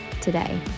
today